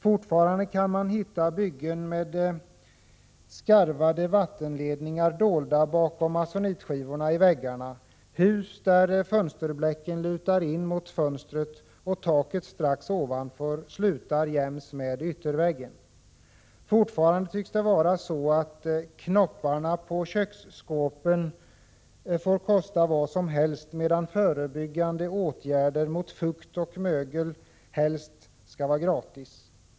Fortfarande kan man hitta byggen med skarvade vattenledningar dolda bakom masonitskivorna i väggarna, hus där fönsterblecket lutar in mot fönstret och taket strax ovanför slutar jäms med ytterväggen. Fortfarande tycks det vara så att knopparna på köksskåpen får kosta vad som helst, medan förebyggande åtgärder mot fukt och mögel helst skall vara gratis.